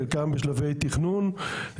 חלקם בשלבי תכנון,